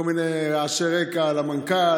כל מיני רעשי רקע על המנכ"ל,